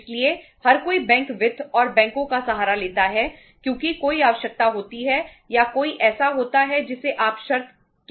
इसलिए हर कोई बैंक वित्त और बैंकों का सहारा लेता है क्योंकि कोई आवश्यकता होती है या कोई ऐसा होता है जिसे आप शर्त कह सकते हैं